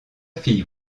fille